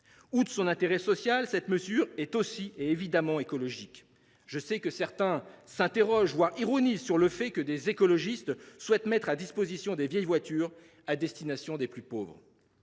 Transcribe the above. Outre son intérêt social, cette mesure est aussi et évidemment écologique. Je le sais, certains s’interrogent, voire ironisent, sur le fait que des écologistes souhaitent mettre à disposition des vieilles voitures à destination des plus pauvres.